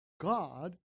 God